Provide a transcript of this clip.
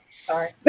Sorry